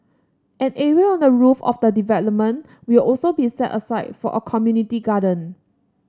an area on the roof of the development will also be set aside for a community garden